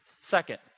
Second